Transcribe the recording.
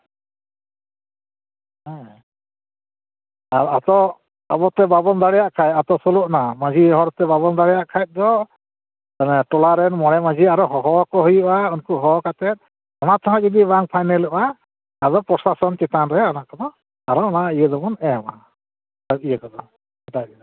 ᱦᱮᱸᱻ ᱟᱨ ᱟᱹᱛᱩ ᱟᱵᱚᱛᱮ ᱵᱟᱵᱚᱱ ᱫᱟᱲᱮᱭᱟᱜ ᱠᱷᱟᱱ ᱟᱹᱛᱩ ᱥᱳᱞᱳᱼᱟᱱᱟ ᱢᱟᱺᱡᱷᱤ ᱦᱚᱲᱛᱮ ᱵᱟᱵᱚᱱ ᱫᱟᱲᱮᱭᱟᱜ ᱠᱷᱟᱱ ᱫᱚ ᱢᱟᱱᱮ ᱴᱚᱞᱟᱨᱮᱱ ᱢᱚᱬᱮ ᱢᱟᱺᱡᱷᱤ ᱟᱨᱚ ᱦᱚᱦᱚᱣᱟᱠᱚ ᱦᱩᱭᱩᱜᱼᱟ ᱩᱱᱠᱩ ᱦᱚᱦᱚ ᱠᱟᱛᱮᱫ ᱚᱱᱟ ᱛᱮᱦᱚᱸ ᱡᱩᱫᱤ ᱵᱟᱝ ᱯᱷᱟᱭᱱᱮᱞᱚᱜᱼᱟ ᱟᱫᱚ ᱯᱨᱚᱥᱟᱚᱱ ᱪᱮᱛᱟᱱ ᱨᱮ ᱚᱱᱟ ᱠᱚᱫᱚ ᱟᱨᱚ ᱚᱱᱟ ᱤᱭᱟᱹ ᱫᱚᱵᱚᱱ ᱮᱢᱟ ᱚᱱᱟ ᱤᱭᱟᱹ ᱠᱚᱫᱚ